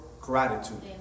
gratitude